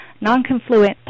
non-confluent